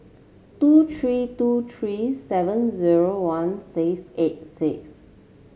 two three two three seven zero one six eight six